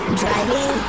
driving